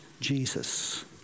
Jesus